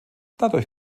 dadurch